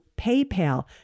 PayPal